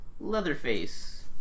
leatherface